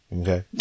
Okay